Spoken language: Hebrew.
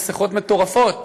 מסכת מטורפת